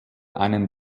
einen